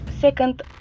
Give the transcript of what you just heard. second